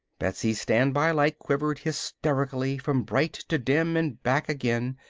betsy's standby light quivered hysterically from bright to dim and back again.